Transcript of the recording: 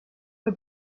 the